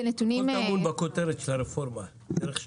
הכול טמון בכותבת של הרפורמה, "דרך שווה".